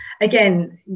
again